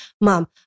mom